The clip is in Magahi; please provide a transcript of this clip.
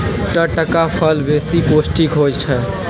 टटका फल बेशी पौष्टिक होइ छइ